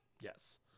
Yes